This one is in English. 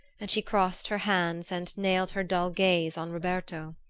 and she crossed her hands and nailed her dull gaze on roberto.